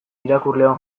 irakurleon